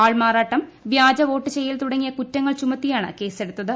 ആൾമാറാട്ടം വ്യാജ വോട്ട് ചെയ്യൽ തുടങ്ങിയ കുറ്റങ്ങൾ ചുമത്തിയാണ് കേസെടുത്തത്